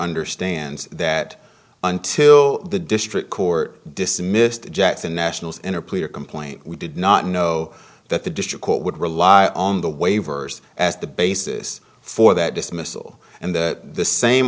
understands that until the district court dismissed jets and nationals in a plea or complaint we did not know that the district court would rely on the waivers as the basis for that dismissal and that the same